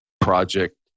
project